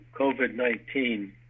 COVID-19